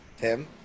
Tim